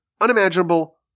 Unimaginable